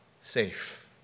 safe